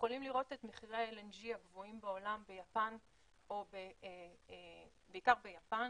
יכולים לראות את מחירי ה-LNG הגבוהים בעולם בעיקר ביפן,